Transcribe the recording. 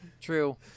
True